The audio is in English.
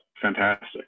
fantastic